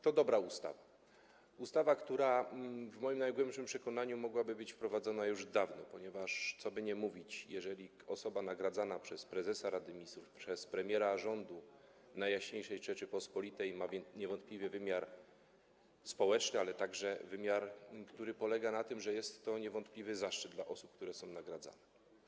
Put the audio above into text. To dobra ustawa, ustawa, która w moim najgłębszym przekonaniu mogłaby być wprowadzona już dawno, ponieważ, cokolwiek by mówić, jeżeli chodzi o osobę nagradzaną przez prezesa Rady Ministrów, przez premiera rządu Najjaśniejszej Rzeczypospolitej, to ma to niewątpliwy wymiar społeczny, ale także wymiar, który polega na tym, że jest to niewątpliwy zaszczyt dla tych osób, które są nagradzane.